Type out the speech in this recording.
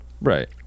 right